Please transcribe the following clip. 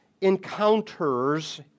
encounters